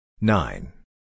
nine